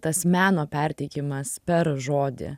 tas meno perteikimas per žodį